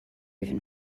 even